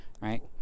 right